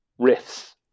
riffs